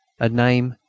a name,